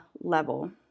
level